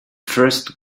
first